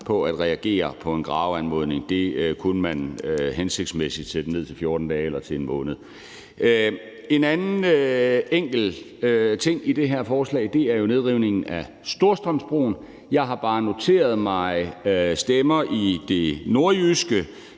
til at reagere på en graveanmodning. Det kunne være hensigtsmæssigt, at man satte den ned til 14 dage eller til 1 måned. En anden enkel ting i det her forslag er nedrivning af Storstrømsbroen. Jeg har bare noteret mig, at der er stemmer i det nordjyske,